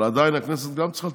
אבל עדיין גם הכנסת צריכה לתפקד.